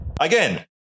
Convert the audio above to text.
Again